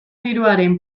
diruaren